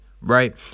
Right